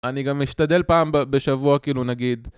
אני גם משתדל פעם בשבוע, כאילו נגיד.